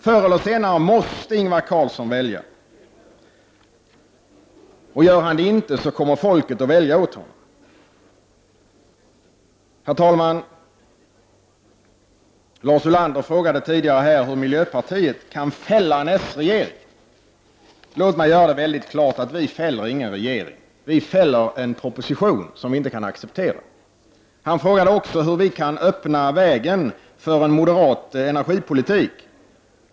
Förr eller senare måste Ingvar Carlsson välja, och gör han det inte, kommer folket att välja åt honom. Herr talman! Lars Ulander frågade tidigare hur miljöpartiet kan fälla en s-regering. Låt mig göra mycket klart att vi inte fäller någon regering. Vi fäller en proposition som inte kan försvaras. Han frågade också hur vi kan öppna vägen för en moderat energipolitik.